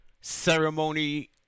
ceremony